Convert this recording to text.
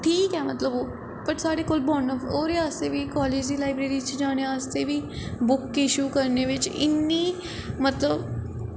ठीक ऐ मतलब ओह् बट साढ़े कोल ओह्दे आस्तै बी लाईब्रेरी च बी जाने आस्तै बी बुक इशू करने बिच्च इन्नी मतलब